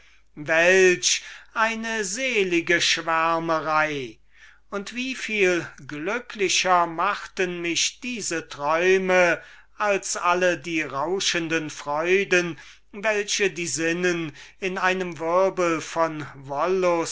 wiegte welch eine selige schwärmerei und wie viel glücklicher machten mich diese träume als alle die rauschenden freuden welche die sinnen in einem wirbel von